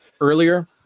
earlier